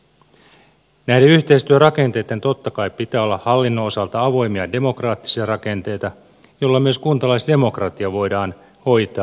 näiden yhteistyörakenteitten totta kai pitää olla hallinnon osalta avoimia ja demokraattisia rakenteita joilla myös kuntalaisdemokratia voidaan hoitaa